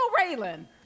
Raylan